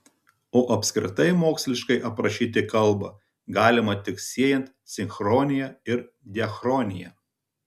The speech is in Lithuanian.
o apskritai moksliškai aprašyti kalbą galima tik siejant sinchronija ir diachroniją